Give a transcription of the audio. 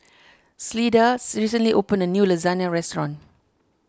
Clyda recently opened a new Lasagne restaurant